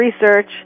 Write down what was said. research